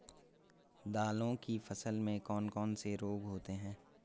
दालों की फसल में कौन कौन से रोग होते हैं?